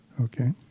Okay